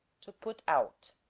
to put out